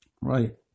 Right